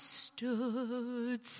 stood